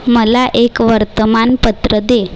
मला एक वर्तमानपत्र दे